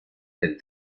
del